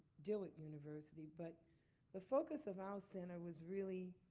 dillard university. but the focus of our center was really